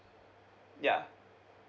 yeah